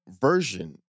version